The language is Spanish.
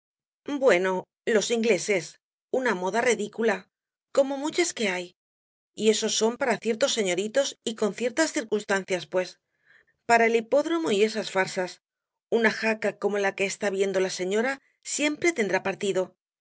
bueno los ingleses una moda redícula como muchas que hay y esos son para ciertos señoritos y con ciertas circunstancias pues para el hipódromo y esas farsas una jaca como la que está viendo la señora siempre tendrá partido